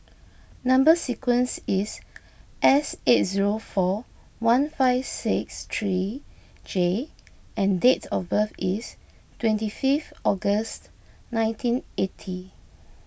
Number Sequence is S eight zero four one five six three J and dates of birth is twenty fifth August nineteen eighty